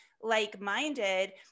like-minded